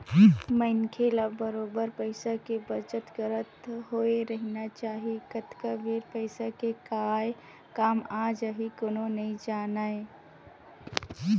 मनखे ल बरोबर पइसा के बचत करत होय रहिना चाही कतका बेर पइसा के काय काम आ जाही कोनो नइ जानय